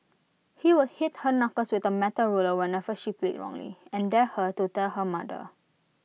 he would hit her knuckles with A metal ruler whenever she played wrongly and dared her to tell her mother